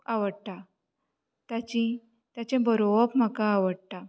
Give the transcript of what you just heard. आवडटा ताचीं ताचें बरोवप म्हाका आवडटा